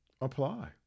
apply